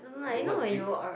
the what tree